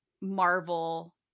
Marvel